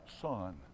son